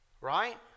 Right